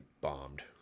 bombed